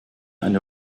eine